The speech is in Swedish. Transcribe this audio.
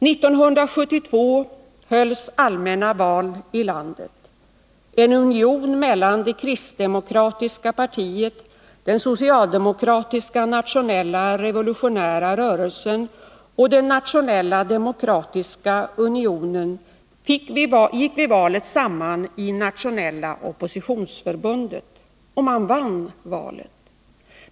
1972 hölls allmänna val i landet. En union mellan det kristdemokratiska partiet, den socialdemokratiska nationella revolutionära rörelsen och den nationella demokratiska unionen gick vid valet samman i Nationella oppositionsförbundet och vann valet.